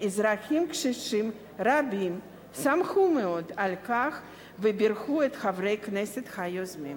ואזרחים קשישים רבים שמחו מאוד על כך ובירכו את חברי הכנסת היוזמים.